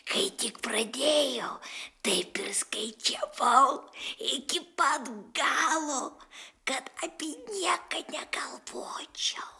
kai tik pradėjau taip ir skaičiavau iki pat galo kad apie nieką negalvočiau